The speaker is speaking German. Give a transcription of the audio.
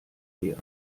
her